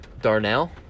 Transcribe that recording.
Darnell